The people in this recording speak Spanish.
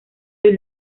sus